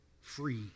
free